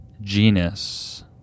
genus